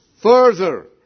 further